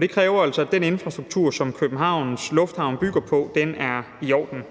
det kræver altså, at den infrastruktur, som Københavns Lufthavn bygger på, er i orden.